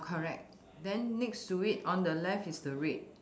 correct then next to it on the left is the red